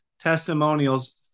testimonials